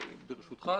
ברשותך,